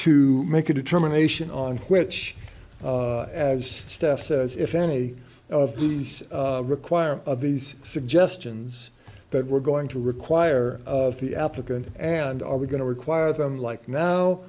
to make a determination on which as staff says if any of these require of these suggestions that we're going to require of the applicant and are we going to require them like now